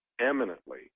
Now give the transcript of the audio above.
eminently